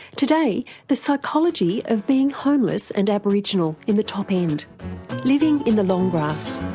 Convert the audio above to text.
today the psychology of being homeless and aboriginal in the top end living in the long grass.